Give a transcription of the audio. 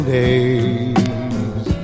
days